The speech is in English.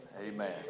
amen